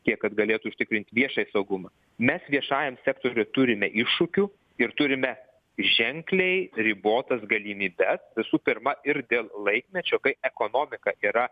tiek kad galėtų užtikrinti viešąjį saugumą mes viešajam sektoriui turime iššūkių ir turime ženkliai ribotas galimybes visų pirma ir dėl laikmečio kai ekonomika yra